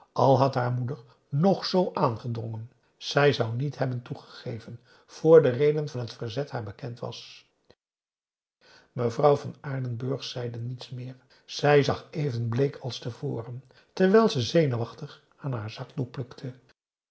al had haar moeder nog zoo aangedrongen zij zou niet hebben toegegeven vr de reden van het verzet haar bekend was mevrouw van aardenburg zeide niets meer zij zag even bleek als te voren terwijl ze zenuwachtig aan haar zakdoek plukte